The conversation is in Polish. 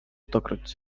stokroć